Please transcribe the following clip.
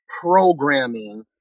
programming